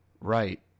Right